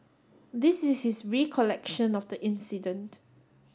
this is his recollection of the incident